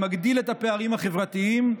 מגדיל את הפערים החברתיים,